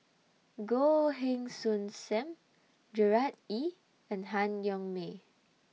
Goh Heng Soon SAM Gerard Ee and Han Yong May